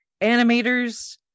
animators